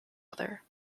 other